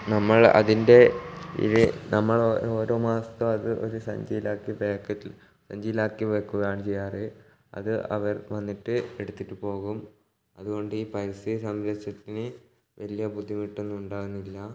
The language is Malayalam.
നമ്മൾ അതിൻ്റെ ഈ നമ്മൾ ഓരോ മാസം അത് ഒരു സഞ്ചിയിലാക്കി പാക്കറ്റിൽ സഞ്ചിയിലാക്കി വയ്ക്കുവാണ് ചെയ്യാറ് അത് അവർ വന്നിട്ട് എടുത്തിട്ട് പോകും അതുകൊണ്ട് ഈ പരിസ്ഥിതി സംരക്ഷത്തിന് വലിയ ബുദ്ധിമുട്ടൊന്നും ഉണ്ടാകുന്നില്ല